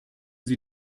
sie